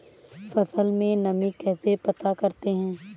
फसल में नमी कैसे पता करते हैं?